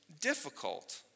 difficult